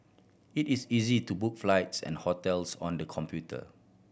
it is easy to book flights and hotels on the computer